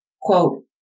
Quote